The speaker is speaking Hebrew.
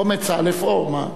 קומץ אל"ף אוֹ, מה?